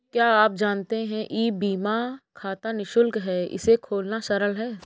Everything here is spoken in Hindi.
क्या आप जानते है ई बीमा खाता निशुल्क है, इसे खोलना सरल है?